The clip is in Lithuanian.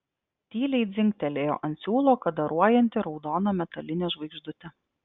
tyliai dzingtelėjo ant siūlo kadaruojanti raudona metalinė žvaigždutė